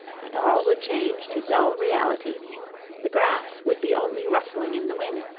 and all would change to dull reality the grass would be only rustling in the wind,